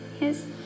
yes